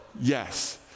yes